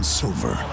silver